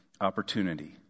opportunity